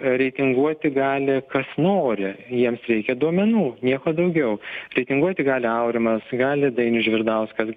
reitinguoti gali kas nori jiems reikia duomenų nieko daugiau reitinguoti gali aurimas gali dainius žvirdauskas